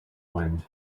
wind